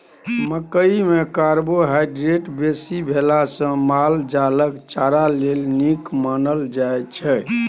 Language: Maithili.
मकइ मे कार्बोहाइड्रेट बेसी भेला सँ माल जालक चारा लेल नीक मानल जाइ छै